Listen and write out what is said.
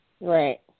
Right